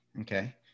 Okay